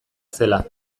zela